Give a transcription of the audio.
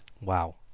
Wow